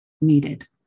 needed